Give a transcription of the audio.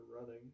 running